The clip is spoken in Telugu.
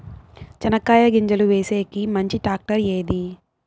చెనక్కాయ గింజలు వేసేకి మంచి టాక్టర్ ఏది?